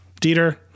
Dieter